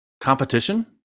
competition